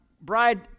bride